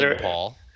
Paul